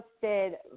posted